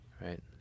Right